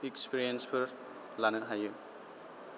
एक्सपिरियेन्सफोर लानो हायो